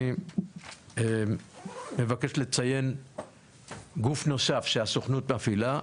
אני מבקש לציין גוף נוסף שהסוכנות מפעילה,